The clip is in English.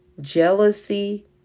jealousy